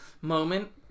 moment